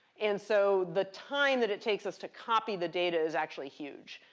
and so the time that it takes us to copy the data is actually huge.